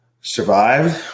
Survived